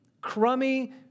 crummy